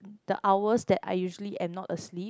the hours that I usually am not asleep